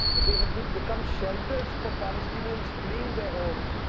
they had become shelters for palestinians fleeing their homes.